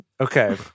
Okay